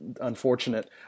unfortunate